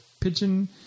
Pigeon